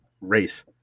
race